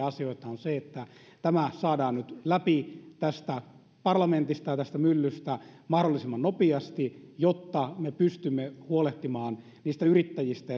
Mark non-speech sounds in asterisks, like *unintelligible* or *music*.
*unintelligible* asioita on se että tämä saadaan nyt läpi tästä parlamentista ja tästä myllystä mahdollisimman nopeasti jotta me pystymme huolehtimaan niistä yrittäjistä *unintelligible*